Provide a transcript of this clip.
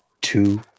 two